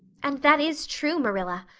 and that is true, marilla.